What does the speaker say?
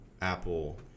apple